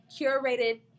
curated